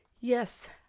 Yes